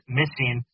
missing